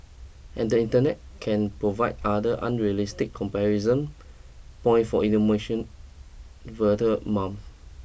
and the internet can provide other unrealistic comparison point for emotion vulnerable mums